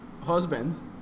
husbands